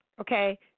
Okay